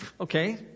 okay